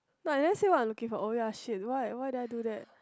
not let's say what you looking for oh ya shit why why did I do that